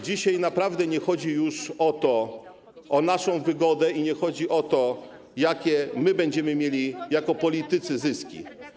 Dzisiaj naprawdę nie chodzi już o naszą wygodę i nie chodzi o to, jakie my będziemy mieli jako politycy zyski.